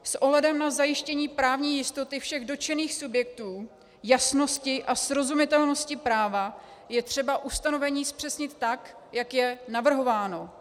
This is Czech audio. S ohledem na zajištění právní jistoty všech dotčených subjektů, jasnosti a srozumitelnosti práva je třeba ustanovení zpřesnit tak, jak je navrhováno.